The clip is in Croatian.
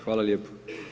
Hvala lijepo.